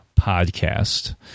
Podcast